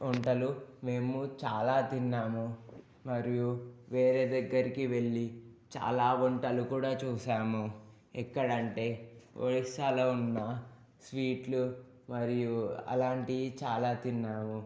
వంటలు మేము చాలా తిన్నాము మరియు వేరే దగ్గరికి వెళ్ళి చాలా వంటలు కూడా చూసాము ఎక్కడంటే ఒరిస్సాలో ఉన్న స్వీట్లు మరియు అలాంటివి చాలా తిన్నాము